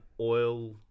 oil